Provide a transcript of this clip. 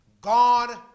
God